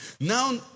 Now